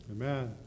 Amen